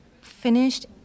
finished